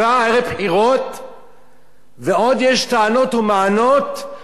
ועוד יש טענות ומענות על הג'יהאד של ראש הממשלה,